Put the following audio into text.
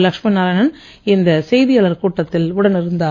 லட்சுமி நாராயணன் இந்த செய்தியாளர் கூட்டத்தில் உடன் இருந்தார்